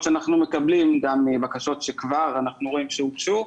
אנחנו בונים ממש בימים אלה תורה